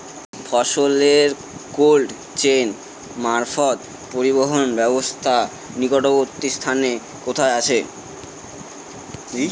ফসলের cold chain মারফত পরিবহনের ব্যাবস্থা নিকটবর্তী স্থানে কোথায় আছে?